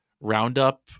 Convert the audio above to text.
roundup